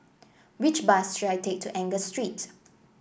which bus should I take to Angus Street